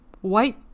white